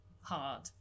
hard